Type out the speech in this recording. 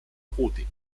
acuti